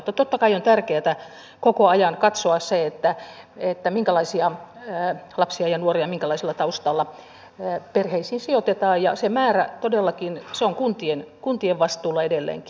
mutta totta kai on tärkeätä koko ajan katsoa se minkälaisia lapsia ja nuoria ja minkälaisella taustalla perheisiin sijoitetaan ja se määrä todellakin on kuntien vastuulla edelleenkin